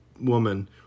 woman